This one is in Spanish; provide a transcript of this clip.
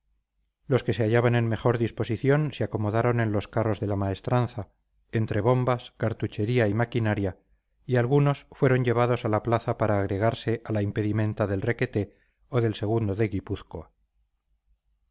los que se hallaban en mejor disposición se acomodaron en los carros de la maestranza entre bombas cartuchería y maquinaria y algunos fueron llevados a la plaza para agregarse a la impedimenta del requeté o del o de